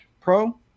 Pro